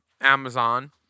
Amazon